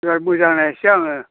दे मोजां नायनोसै आङो